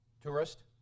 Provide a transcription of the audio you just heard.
tourist